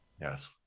Yes